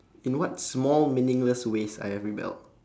in what small meaningless ways I have rebelled